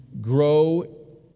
grow